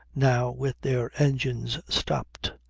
now with their engines stopped,